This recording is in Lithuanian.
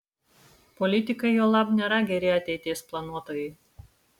politikai juolab nėra geri ateities planuotojai